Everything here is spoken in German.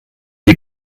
die